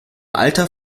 alter